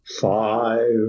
Five